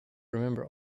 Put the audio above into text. remember